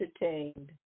entertained